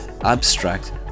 abstract